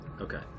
Okay